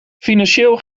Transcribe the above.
financieel